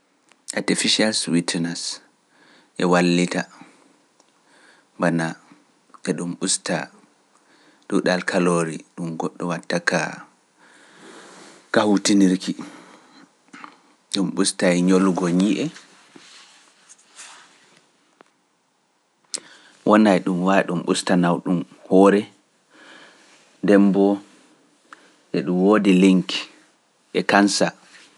artificial sweeteners e wallita, banaa e ɗum busta duɗal kaloris ɗum goɗɗo watta ka haurutukiki, ɗum busta ñolugo ñii’e. Wona e ɗum wa’i ɗum usta nawɗum hoore, ndem mboo e ɗum woodi leñki e kansa.